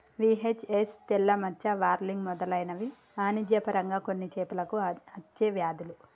VHS, తెల్ల మచ్చ, whirling మెదలైనవి వాణిజ్య పరంగా కొన్ని చేపలకు అచ్చే వ్యాధులు